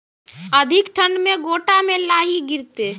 अधिक ठंड मे गोटा मे लाही गिरते?